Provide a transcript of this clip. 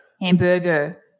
Hamburger